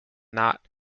not